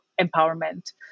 empowerment